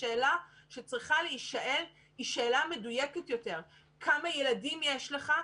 השאלה שצריכה להישאל היא שאלה מדויקת יותר: כמה ילדים יש לך?